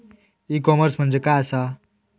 E commerce म्हणजे काय असा?